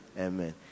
Amen